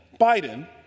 Biden